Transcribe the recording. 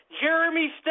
Jeremy